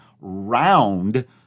round